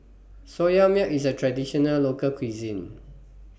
Soya Milk IS A Traditional Local Cuisine